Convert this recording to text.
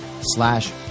slash